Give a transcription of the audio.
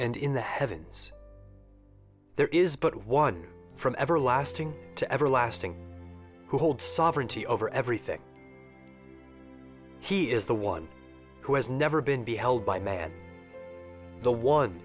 and in the heavens there is but one from everlasting to everlasting who holds sovereignty over everything he is the one who has never been be held by man the one